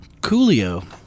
Coolio